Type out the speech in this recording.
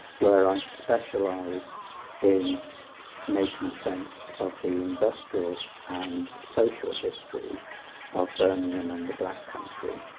where i specialise in making sense of the industrial and social history of birmingham and the black country.